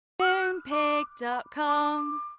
Moonpig.com